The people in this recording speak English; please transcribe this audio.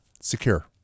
Secure